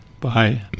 Bye